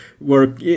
work